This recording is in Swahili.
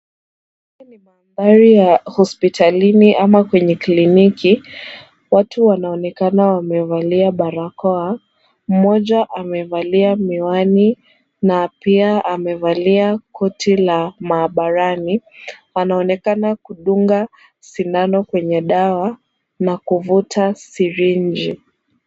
Mandhari ya hospitalini ama kwenye kliniki, watu wanaonekana wamevalia barakoa, moja amevalia miwani na pia amevalia koti la maabarani. Wanaonekana kudunga sinano kwenye dawa, na kuvuta sirinji.